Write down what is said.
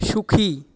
সুখী